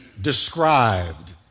described